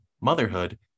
motherhood